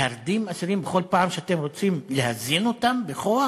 להרדים אסירים בכל פעם שאתם רוצים להזין אותם בכוח?